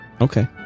Okay